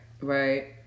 Right